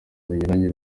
binyuranye